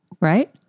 right